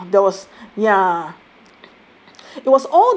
uh there was ya